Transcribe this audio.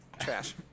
Trash